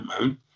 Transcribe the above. man